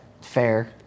fair